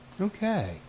Okay